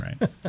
Right